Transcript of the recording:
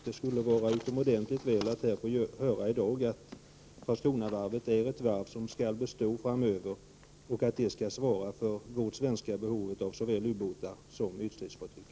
Det skulle vara utomordentligt bra att i dag få höra att Karlskronavarvet skall bestå framöver och att det skall svara för det svenska behovet av såväl ubåtar som ytstridsfartyg.